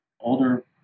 older